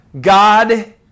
God